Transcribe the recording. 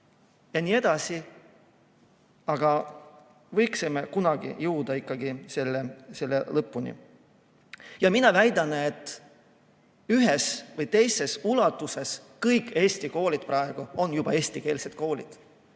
ja nii edasi. Aga võiks kunagi jõuda ikkagi selle lõpuni. Ja mina väidan, et ühes või teises ulatuses kõik Eesti koolid praegu on juba eestikeelsed koolid.